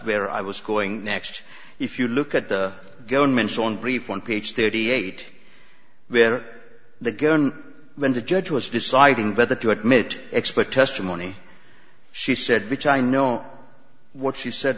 where i was going next if you look at the government's own brief on page thirty eight where the gun when the judge was deciding but the to admit expect testimony she said because i know what she said